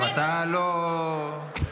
הוא לא היה יכול להצביע.